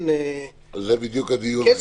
על זה בדיוק הדיון.